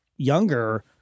younger